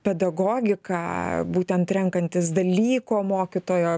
pedagogiką būtent renkantis dalyko mokytojo